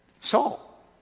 Saul